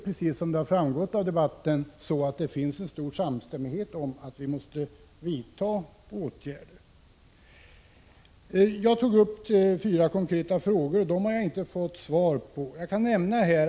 Precis som framgått av debatten finns det en stor samstämmighet om att vi måste vidta åtgärder. Jag tog upp fyra konkreta frågor. Jag har inte fått svar på dem.